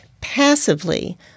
passively